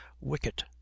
wicket